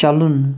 چلُن